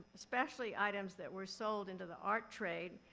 especially items that were sold into the art trade,